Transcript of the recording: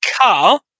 car